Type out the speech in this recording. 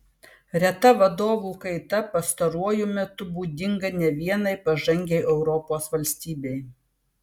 reta vadovų kaita pastaruoju metu būdinga ne vienai pažangiai europos valstybei